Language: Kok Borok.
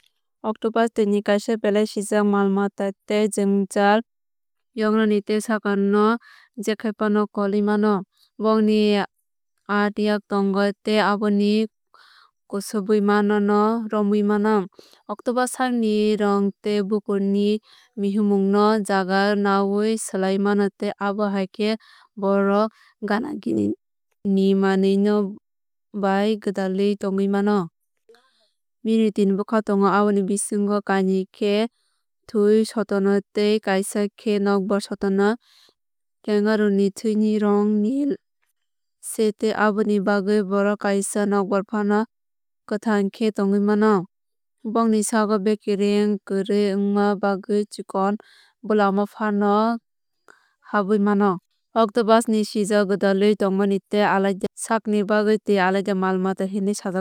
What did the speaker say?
Octopus tui ni kaisa belai sijak mal mata tei jwngjal yognani tei sakno jekhaifano kolui mano. Bongni aat yak tongo tei abobai kusubui manwui no romwui mano. Octopus sakni rong tei bukur ni mihimung no jaga naiui slaui mano tei abo haikhe bohrok gana gini ni manwui rok bai gwdalwui tongwui mano. Bini teen bwkha tongo aboni bisingo kainui khe thwui sotonu tei kaisa khe nokbar sotonu. Kangaroo ni thui ni rong neel se tei aboni bagwui bohrok kisa nokbar fano kwthang khe tongwui mano. Bongni sago bekereng kwrwui ongba bagwui chikon bwlamo fano habwui mano. Octopus ni sijakma gwdalwui tongmani tei alaida sak ni bagwui tui alaida mal mata hinwui sajago.